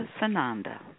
Sananda